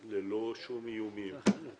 ובנוכחות הקבלנים.